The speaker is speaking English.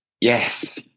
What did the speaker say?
yes